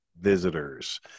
visitors